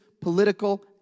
political